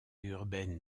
urbaine